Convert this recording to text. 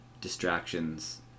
distractions